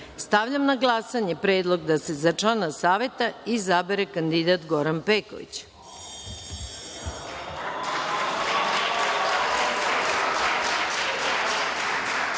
na glasanje predlog da se za člana Saveta izabere kandidat Goran Peković. Molim